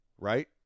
right